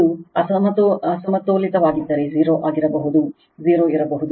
ಇದು ಅಸಮತೋಲಿತವಾಗಿದ್ದರೆ 0 ಆಗಿರಬಹುದು 0 ಇರಬಹುದು